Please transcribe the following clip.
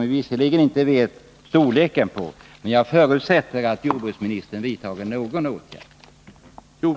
Visserligen vet vi inte storleken på förlusterna, men jag förutsätter att jordbruksministern vidtar någon åtgärd.